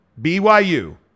BYU